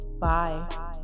Bye